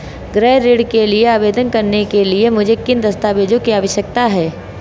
गृह ऋण के लिए आवेदन करने के लिए मुझे किन दस्तावेज़ों की आवश्यकता है?